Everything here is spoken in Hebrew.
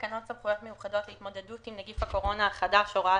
תקנות סמכויות מיוחדות להתמודדות עם נגיף הקורונה החדש (הוראת